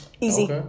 Easy